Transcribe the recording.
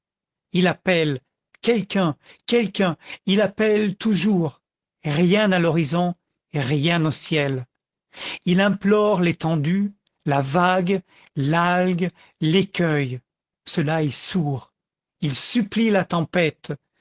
il appelle quelqu'un quelqu'un il appelle toujours rien à l'horizon rien au ciel il implore l'étendue la vague l'algue l'écueil cela est sourd il supplie la tempête